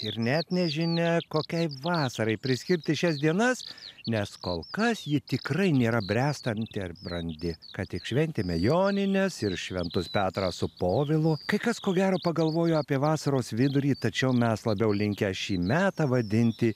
ir net nežinia kokiai vasarai priskirti šias dienas nes kol kas ji tikrai nėra bręstanti ar brandi ką tik šventėme jonines ir šventus petrą su povilu kai kas ko gero pagalvojo apie vasaros vidurį tačiau mes labiau linkę šį metą vadinti